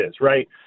right